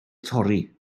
torri